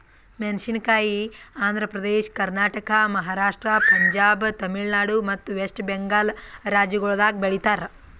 ಮೇಣಸಿನಕಾಯಿ ಆಂಧ್ರ ಪ್ರದೇಶ, ಕರ್ನಾಟಕ, ಮಹಾರಾಷ್ಟ್ರ, ಪಂಜಾಬ್, ತಮಿಳುನಾಡು ಮತ್ತ ವೆಸ್ಟ್ ಬೆಂಗಾಲ್ ರಾಜ್ಯಗೊಳ್ದಾಗ್ ಬೆಳಿತಾರ್